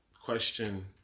question